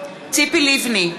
ציפי לבני,